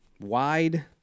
wide